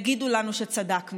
יגידו לנו שצדקנו.